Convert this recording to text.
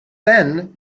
then